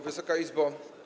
Wysoka Izbo!